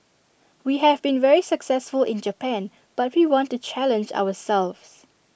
we have been very successful in Japan but we want to challenge ourselves